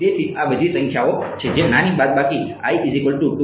તેથી આ બધી સંખ્યાઓ છે જે નાની બાદબાકી અને છે